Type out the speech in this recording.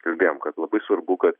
kalbėjom kad labai svarbu kad